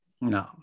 No